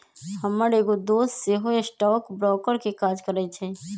हमर एगो दोस सेहो स्टॉक ब्रोकर के काज करइ छइ